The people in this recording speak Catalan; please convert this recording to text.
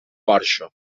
porxo